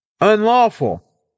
Unlawful